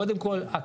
קודם כל,